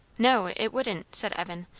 no, it wouldn't! said evan.